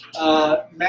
Matt